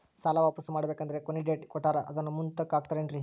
ಸಾಲ ವಾಪಾಸ್ಸು ಮಾಡಬೇಕಂದರೆ ಕೊನಿ ಡೇಟ್ ಕೊಟ್ಟಾರ ಅದನ್ನು ಮುಂದುಕ್ಕ ಹಾಕುತ್ತಾರೇನ್ರಿ?